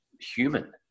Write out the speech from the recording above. human